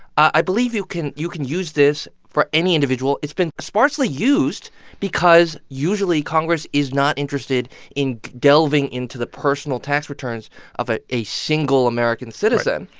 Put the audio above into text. i believe you can you can use this for any individual. it's been sparsely used because, usually, congress is not interested in delving into the personal tax returns of ah a single american citizen.